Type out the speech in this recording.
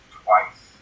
twice